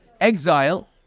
exile